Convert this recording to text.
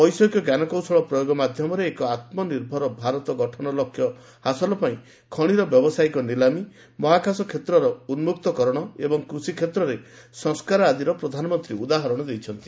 ବୈଷୟିକ ଜ୍ଞାନକୌଶଳ ପ୍ରୟୋଗ ମାଧ୍ୟମରେ ଏକ ଆତ୍ମନିର୍ଭର ଭାରତ ଗଠନ ଲକ୍ଷ୍ୟ ହାସଲ ପାଇଁ ଖଣିର ବ୍ୟବସାୟିକ ନିଲାମୀ ମହାକାଶ କ୍ଷେତ୍ରର ଉନ୍ମକ୍ତକରଣ ଏବ ଂ କୃଷିକ୍ଷେତ୍ରରେ ସଂସ୍କାର ଆଦିର ପ୍ରଧାନମନ୍ତ୍ରୀ ଉଦାହରଣ ଦେଇଛନ୍ତି